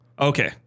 Okay